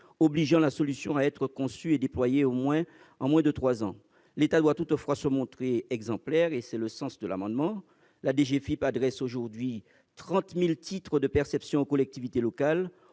obligeant la solution à être conçue et déployée en moins de trois ans. L'État doit toutefois se montrer exemplaire, et c'est le sens du présent amendement : la DGFiP adresse aujourd'hui 30 000 titres de perception aux collectivités locales